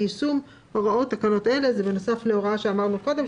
ביישום הוראות תקנות אלה." זה בנוסף להוראה שאמרנו קודם,